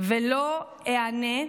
ולא אֵעָנה,